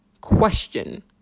question